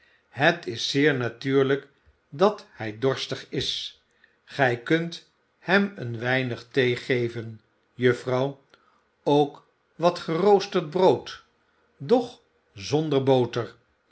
het is zeer natuurlijk dat hij dorstig is gij kunt hem een weinig thee geven juffrouw ook wat geroosterd brood doch zonder boter